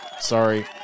Sorry